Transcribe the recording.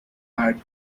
heart